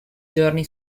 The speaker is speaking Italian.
giorni